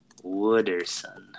Wooderson